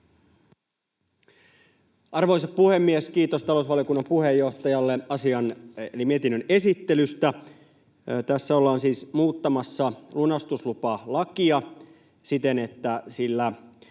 Arvoisa puhemies! Kiitos talousvaliokunnan puheenjohtajalle asian eli mietinnön esittelystä. Tässä ollaan siis muuttamassa lunastuslupalakia siten, että sillä